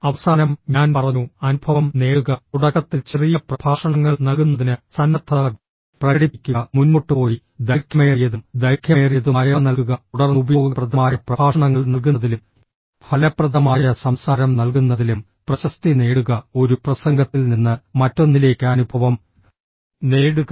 അവസാനം ഞാൻ പറഞ്ഞു അനുഭവം നേടുക തുടക്കത്തിൽ ചെറിയ പ്രഭാഷണങ്ങൾ നൽകുന്നതിന് സന്നദ്ധത പ്രകടിപ്പിക്കുക മുന്നോട്ട് പോയി ദൈർഘ്യമേറിയതും ദൈർഘ്യമേറിയതുമായവ നൽകുക തുടർന്ന് ഉപയോഗപ്രദമായ പ്രഭാഷണങ്ങൾ നൽകുന്നതിലും ഫലപ്രദമായ സംസാരം നൽകുന്നതിലും പ്രശസ്തി നേടുക ഒരു പ്രസംഗത്തിൽ നിന്ന് മറ്റൊന്നിലേക്ക് അനുഭവം നേടുക